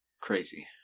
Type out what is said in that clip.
Crazy